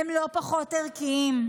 הם לא פחות ערכיים,